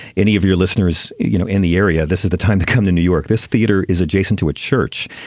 any of your listeners you know in the area this is the time to come to new york this theater is adjacent to a church.